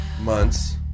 months